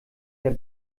der